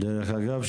דרך אגב,